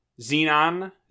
Xenon